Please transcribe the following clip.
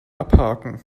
abhaken